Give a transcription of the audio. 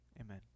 Amen